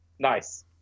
Nice